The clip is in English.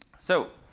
so,